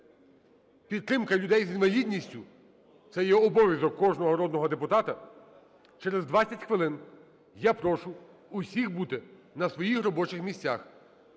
Підтримка людей з інвалідністю це є обов'язок кожного народного депутата. Через 20 хвилин я прошу усіх бути на своїх робочих місцях,